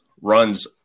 runs